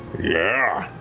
yeah?